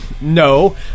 No